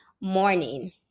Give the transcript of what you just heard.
morning